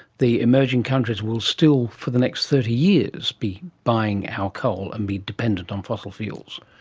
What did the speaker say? the emerging countries will still for the next thirty years be buying our coal and be dependent on fossil fuels.